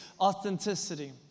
authenticity